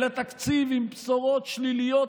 אלא תקציב עם בשורות שליליות,